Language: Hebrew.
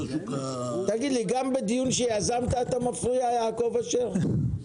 תגיד לי גם בדיון שיזמת אתה מפריע, יעקב אשר?